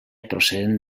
procedent